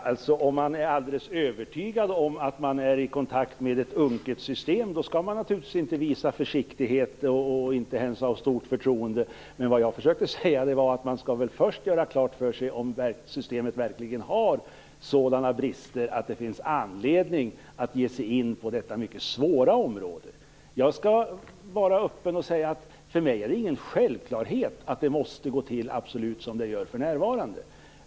Herr talman! Om man är alldeles övertygad om att man är i kontakt med ett unket system skall man naturligtvis inte visa någon försiktighet eller ha något stort förtroende. Jag försökte säga att man först skall göra klart för sig om systemet verkligen har sådana brister att det finns anledning att ge sig in på detta mycket svåra område. Jag skall vara öppen och säga att det inte är någon självklarhet för mig att det absolut måste gå till som det gör för närvarande.